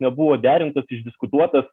nebuvo derintas išdiskutuotas